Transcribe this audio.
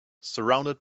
surrounded